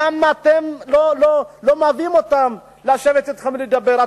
למה אתם לא מביאים אותם לשבת אתכם ולדבר?